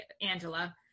Angela